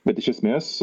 bet iš esmės